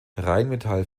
rheinmetall